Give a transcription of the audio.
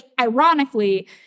ironically